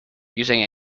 using